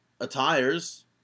attires